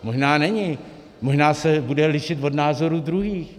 Možná není, možná se bude lišit od názoru druhých.